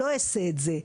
לא אעשה את זה.